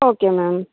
okay ma'am